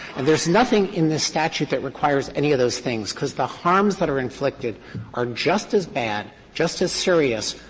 and there is nothing in the statute that requires any of those things because the harms that are inflicted are just as bad, just as serious,